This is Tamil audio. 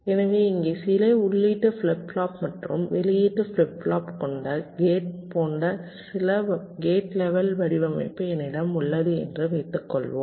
எனவே இங்கே சில உள்ளீட்டு ஃபிளிப் ஃப்ளாப் மற்றும் வெளியீட்டு ஃபிளிப் ஃப்ளாப் கொண்ட கேட் போன்ற சில கேட் லெவல் வடிவமைப்பு என்னிடம் உள்ளது என்று வைத்துக்கொள்வோம்